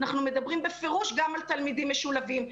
אנחנו מדברים בפירוש גם על תלמידים משולבים,